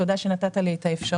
תודה שנתת לי את האפשרות,